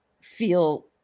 feel